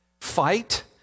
Fight